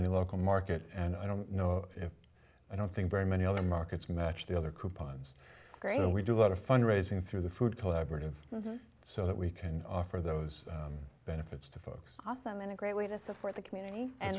any local market and i don't know if i don't think very many other markets match the other coupons growing and we do a lot of fund raising through the food collaborative so that we can offer those benefits to folks also meant a great way to support the community and